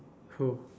who